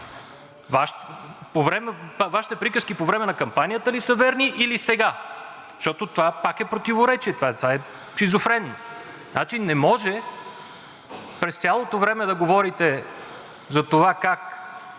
Вашите приказки по време на кампанията ли са верни, или сега, защото това пак е противоречие, това е шизофренно. Не може през цялото време да говорите за това как